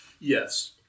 Yes